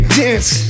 dance